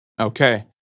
Okay